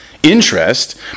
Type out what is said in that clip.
interest